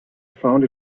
found